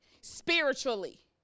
spiritually